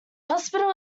hospital